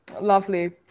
lovely